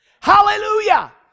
hallelujah